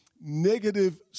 negative